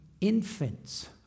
infants